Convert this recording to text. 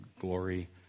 glory